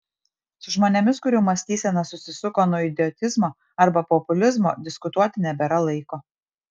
su žmonėmis kurių mąstysena susisuko nuo idiotizmo arba populizmo diskutuoti nebėra laiko